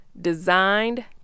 designed